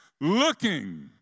looking